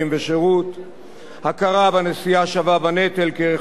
הכרה בנשיאה שווה בנטל כערך חשוב במדינת ישראל,